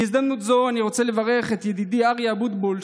בהזדמנות זו אני רוצה לברך את ידידי אריה אבוטבול,